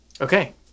Okay